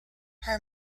her